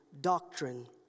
doctrine